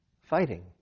fighting